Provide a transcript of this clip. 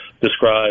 describe